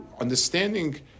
understanding